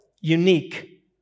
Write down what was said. unique